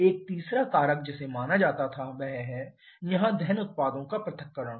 एक तीसरा कारक जिसे माना जाता था वह है यहां दहन उत्पादों का पृथक्करण